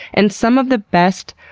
and some of the best,